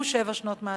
הוא שבע שנות מאסר.